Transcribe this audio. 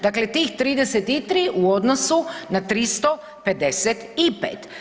Dakle, tih 33 u odnosu na 355.